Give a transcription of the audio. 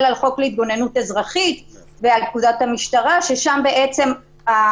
על חוק להתגוננות אזרחית ועל פקודת המשטרה שם המצב